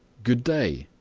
good day,